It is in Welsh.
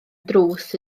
drws